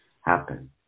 happen